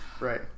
right